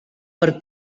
per